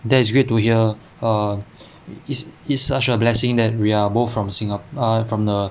that's great to hear err it's it's it's such a blessing that we are both from singa~ err from the